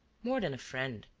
more than a friend,